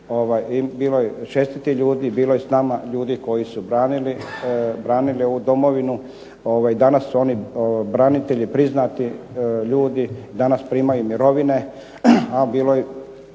čestitih ljudi, bilo je s nama ljudi koji su branili ovu domovinu, danas su oni branitelji priznati ljudi, danas primaju mirovine, a bilo je